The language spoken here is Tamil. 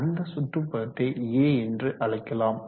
அந்த சுற்றுப்புறத்தை A என்று அழைக்கலாம்